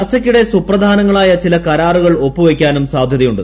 ചർച്ചയ്ക്കിടെ സുപ്രധാനങ്ങളായ ചില കരാറുകൾ ഒപ്പുവയ്ക്കാനും സാധ്യതയുണ്ട്